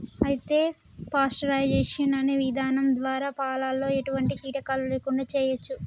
అయితే పాస్టరైజేషన్ అనే ఇధానం ద్వారా పాలలో ఎటువంటి కీటకాలు లేకుండా చేయచ్చు